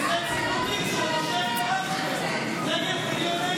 כי זה ציטוטים של אשר ואייכלר נגד מיליוני